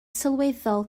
sylweddol